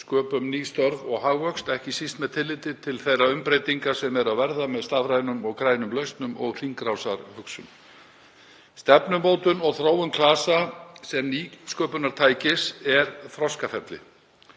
sköpum ný störf og hagvöxt, ekki síst með tilliti til þeirra umbreytinga sem eru að verða með stafrænum og grænum lausnum og hringrásarhugsun. Stefnumótun og þróun klasa sem nýsköpunartækis er þroskaferli.